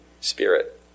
Spirit